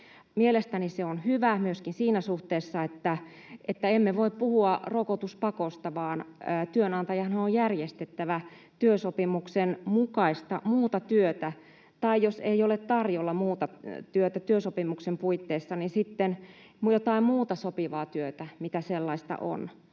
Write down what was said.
Mielestäni se on hyvä myöskin siinä suhteessa, että emme voi puhua rokotuspakosta, vaan työnantajanhan on järjestettävä työsopimuksen mukaista muuta työtä, tai jos ei ole tarjolla muuta työtä työsopimuksen puitteissa, sitten jotain muuta sopivaa työtä, mitä on.